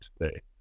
today